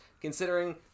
considering